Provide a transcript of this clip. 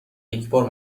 یکبار